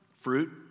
Fruit